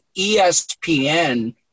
ESPN –